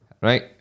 Right